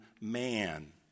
man